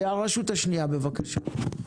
הרשות השנייה, בבקשה.